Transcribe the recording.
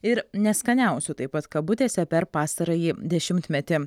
ir neskaniausių taip pat kabutėse per pastarąjį dešimtmetį